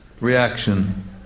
reaction